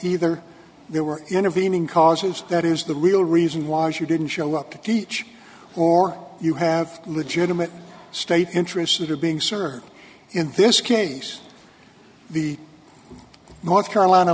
either there were intervening causes that is the real reason why you didn't show up to teach or you have legitimate state interests that are being served in this case the north carolina